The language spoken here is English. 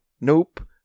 nope